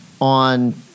on